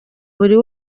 buri